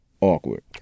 awkward